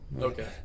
Okay